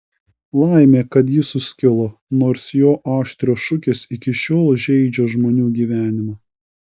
laimė kad ji suskilo nors jo aštrios šukės iki šiol žeidžia žmonių gyvenimą